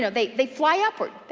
so they they fly upward.